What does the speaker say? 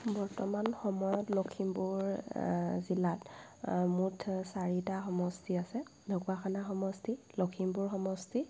বৰ্তমান সময়ত লখিমপুৰ জিলাত মুঠ চাৰিটা সমষ্টি আছে ঢকুৱাখানা সমষ্টি লখিমপুৰ সমষ্টি